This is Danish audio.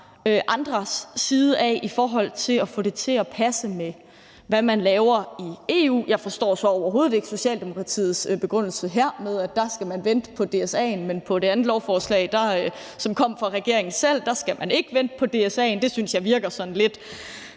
andres side af i forhold til at få det til at passe med, hvad man laver i EU. Jeg forstår så overhovedet ikke Socialdemokratiets begrundelse her med, at der skal man vente på DSA'en, for på det andet lovforslag, som kom fra regeringen selv, skal man ikke vente på DSA'en. Det synes jeg virker sådan lidt